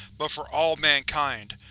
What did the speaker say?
but for all mankind,